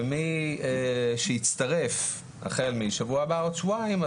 ומי שיצטרף החל משבוע הבא או עוד שבועיים,